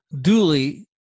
duly